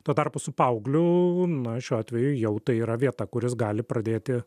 tuo tarpu su paaugliu na šiuo atveju jau tai yra vieta kur jis gali pradėti